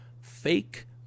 fake